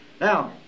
now